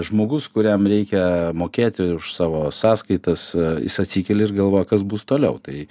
žmogus kuriam reikia mokėti už savo sąskaitas jis atsikelia ir galvoja kas bus toliau tai